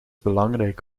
belangrijk